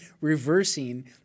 reversing